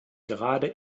gerade